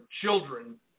children